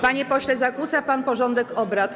Panie pośle, zakłóca pan porządek obrad.